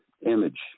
image